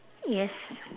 yes